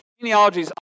genealogies